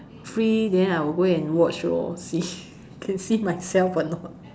free then I'll go and watch lor see can myself or not